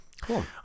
Cool